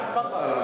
חברי היקרים, אהלן.